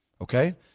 okay